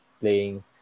playing